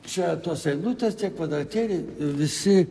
čia tos eilutės tie kvadratėliai visi